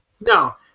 No